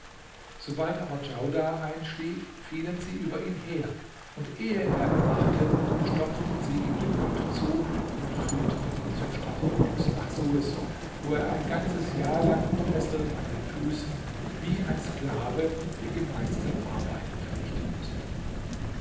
sobald aber djaudar einschlief fielen sie über ihn her und ehe er erwachte stopften sie ihm den mund zu und führten ihn zur stadt hinaus nach suez wo er ein ganzes jahr lang mit fesseln an den füßen wie ein sklave die gemeinsten arbeiten verrichten mußte